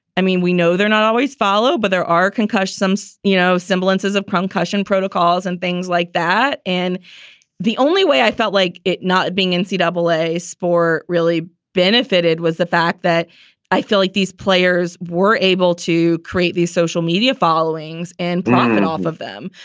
i mean, we know they're not always follow, but there are concussions. you know, semblances of precaution protocols and things like that. and the only way i felt like it not being in c double-a s'pore really benefited was the fact that i feel like these players were able to create these social media followings and long um and off of them,